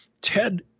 Ted